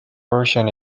version